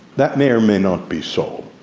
that may or may not be so.